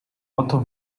otto